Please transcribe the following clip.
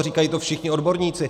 A říkají to všichni odborníci.